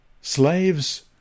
Slaves